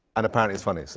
and apparently it's funny. so